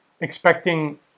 expecting